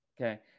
Okay